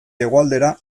hegoaldera